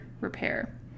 repair